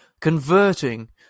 Converting